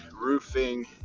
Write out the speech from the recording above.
roofing